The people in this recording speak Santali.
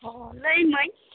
ᱚᱻ ᱞᱟᱹᱭᱟᱹᱢᱟᱹᱧ